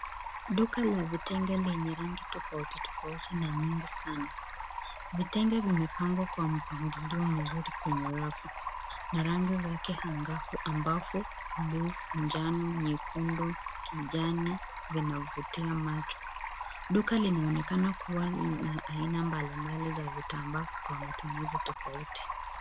Duka la vitenge lenye rangi tofauti tofauti na nyingi sana. Vitenge vimepangwa kwa mpangilio mzuri kwenye rafu na rangi zake angavu ambavyo ni nyeupe, njano, nyekundu, kijani vinavutia macho. Duka linaonekana kuwa na aina mbalimbali za vitambaa kwa matumizi tofauti.